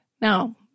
Now